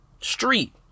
street